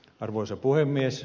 arvoisa puhemies